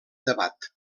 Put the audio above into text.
debat